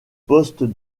poste